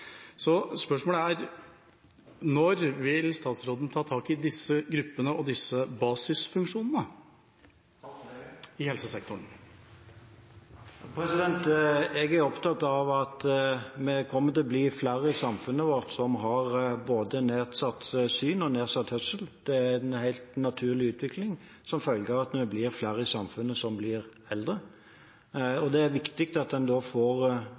Så spørsmålet er: Når vil statsråden ta tak i disse gruppene og disse basisfunksjonene i helsesektoren? Jeg er opptatt av at vi kommer til å bli flere i samfunnet vårt som har både nedsatt syn og nedsatt hørsel. Det er en helt naturlig utvikling som en følge av at vi blir flere i samfunnet som blir eldre, og det er viktig at en da får